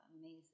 amazing